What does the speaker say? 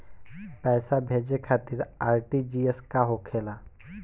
पैसा भेजे खातिर आर.टी.जी.एस का होखेला?